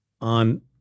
on